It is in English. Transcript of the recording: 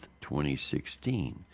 2016